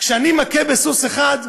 כשאני מכה בסוס אחד,